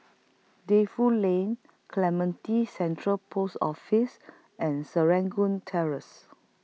Defu Lane Clementi Central Post Office and Serangoon Terrace